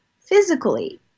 physically